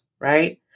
right